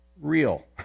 real